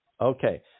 okay